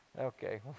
Okay